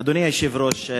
אדוני היושב-ראש,